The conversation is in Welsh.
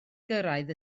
gyrraedd